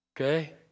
okay